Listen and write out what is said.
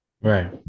Right